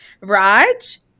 Raj